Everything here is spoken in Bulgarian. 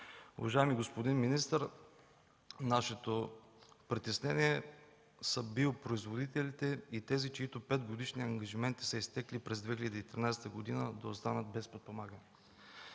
Уважаеми господин министър, нашето притеснение са биопроизводителите и тези, чиито петгодишни ангажименти са изтекли през 2013 г., да останат без подпомагане.